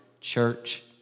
church